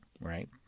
right